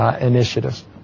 initiatives